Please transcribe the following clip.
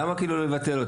אני לא מבטל,